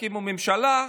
תקימו ממשלה,